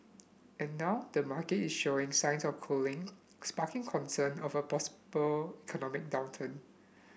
and now the market is showing signs of cooling sparking concern of a possible economic downturn